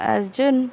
Arjun